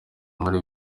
muri